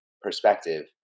perspective